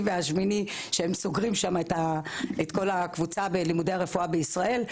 והשמיני שהם סוגרים שם את כל הקבוצה בלימודי הרפואה בישראל.